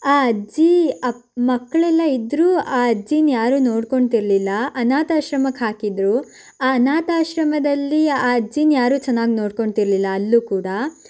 ಆ ಅಜ್ಜಿ ಅಕ್ ಮಕ್ಕಳೆಲ್ಲ ಇದ್ದರೂ ಆ ಅಜ್ಜಿನ ಯಾರೂ ನೋಡ್ಕೊತಿರ್ಲಿಲ್ಲ ಅನಾಥಾಶ್ರಮಕ್ಕೆ ಹಾಕಿದ್ದರು ಆ ಅನಾಥಾಶ್ರಮದಲ್ಲಿ ಆ ಅಜ್ಜಿನ ಯಾರೂ ಚೆನ್ನಾಗಿ ನೋಡ್ಕೊತಿರ್ಲಿಲ್ಲ ಅಲ್ಲೂ ಕೂಡ